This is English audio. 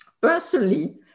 Personally